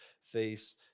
face